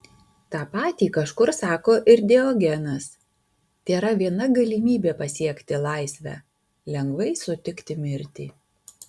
tą patį kažkur sako ir diogenas tėra viena galimybė pasiekti laisvę lengvai sutikti mirtį